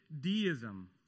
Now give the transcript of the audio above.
deism